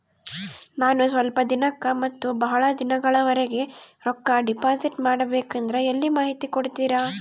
ನಾನು ಸ್ವಲ್ಪ ದಿನಕ್ಕ ಮತ್ತ ಬಹಳ ದಿನಗಳವರೆಗೆ ರೊಕ್ಕ ಡಿಪಾಸಿಟ್ ಮಾಡಬೇಕಂದ್ರ ಎಲ್ಲಿ ಮಾಹಿತಿ ಕೊಡ್ತೇರಾ?